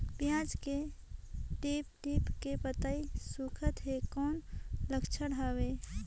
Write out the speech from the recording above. पियाज के टीप टीप के पतई सुखात हे कौन लक्षण हवे?